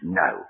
no